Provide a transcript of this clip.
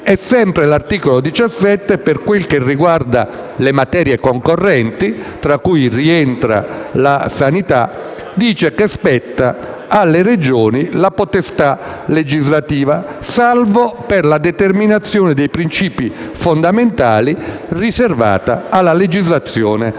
Sempre l'articolo 117, per quanto riguarda le materie concorrenti, tra le quali rientra la sanità, attribuisce alle Regioni la potestà legislativa, salvo che per la determinazione dei principi fondamentali riservata alla legislazione dello